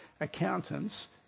accountants